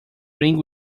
ring